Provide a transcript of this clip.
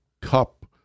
cup